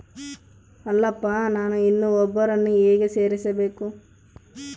ಅಲ್ಲಪ್ಪ ನಾನು ಇನ್ನೂ ಒಬ್ಬರನ್ನ ಹೇಗೆ ಸೇರಿಸಬೇಕು?